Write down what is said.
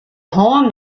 hân